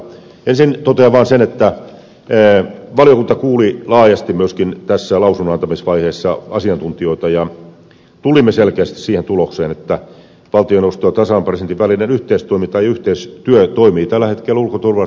ensin totean vain sen että valiokunta kuuli laajasti myöskin tässä lausunnonantamisvaiheessa asiantuntijoita ja tulimme selkeästi siihen tulokseen että valtioneuvoston ja tasavallan presidentin yhteistyö toimii tällä hetkellä ulko turvallisuuspoliittisissa kysymyksissä hyvin